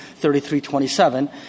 3327